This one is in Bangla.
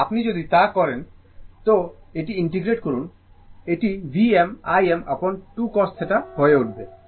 আপনি যদি তা করেন তো এটি ইন্টিগ্রেট করুন এটি Vm Im upon 2 cos θ হয়ে উঠবে